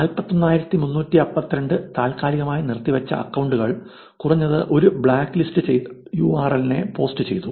41352 താൽക്കാലികമായി നിർത്തിവച്ച അക്കൌണ്ടുകൾ കുറഞ്ഞത് ഒരു ബ്ലാക്ക്ലിസ്റ്റുചെയ്ത യൂആർഎൽ നെ പോസ്റ്റുചെയ്തു